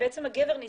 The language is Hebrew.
כשהגבר היכה את הכלב,